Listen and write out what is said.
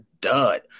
dud